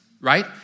right